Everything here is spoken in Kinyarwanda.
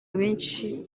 benshi